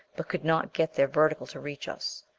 but could not get them vertical to reach us.